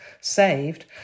saved